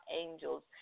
angels